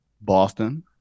boston